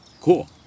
cool